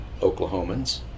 Oklahomans